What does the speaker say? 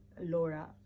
Laura